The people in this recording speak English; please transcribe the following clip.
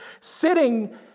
sitting